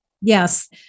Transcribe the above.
Yes